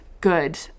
good